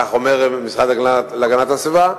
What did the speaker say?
כך אומר המשרד להגנת הסביבה,